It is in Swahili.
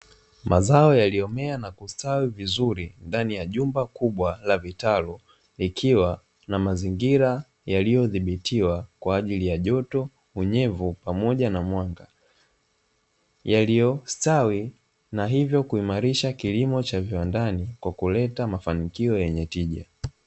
Mazao yaliyomea na kustawi vizuri ndani ya jumba kubwa la vitalu, likiwa na mazingira yaliyothibitiwa kwa ajili ya joto unyevu pamoja na mwanga, yaliyostawi na hivyo kuimarisha kilimo cha viwandani kwa kuleta mafanikio yenye tija.